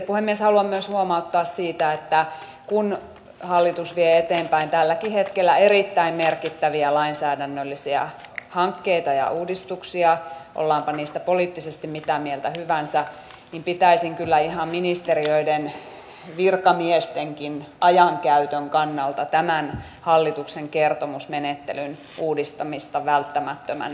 sitten puhemies haluan myös huomauttaa siitä että kun hallitus vie eteenpäin tälläkin hetkellä erittäin merkittäviä lainsäädännöllisiä hankkeita ja uudistuksia ollaanpa niistä poliittisesti mitä mieltä hyvänsä niin pitäisin kyllä ihan ministeriöiden virkamiestenkin ajankäytön kannalta tämän hallituksen kertomusmenettelyn uudistamista välttämättömänä